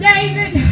David